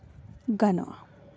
ᱜᱟᱱᱚᱜᱼᱟ